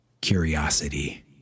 Curiosity